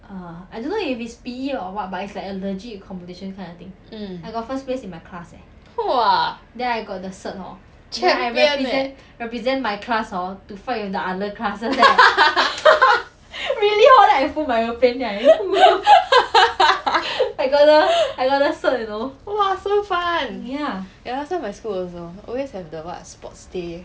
mm !wah! champion eh !wah! so fun last time my school also always have the what sports day